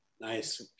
Nice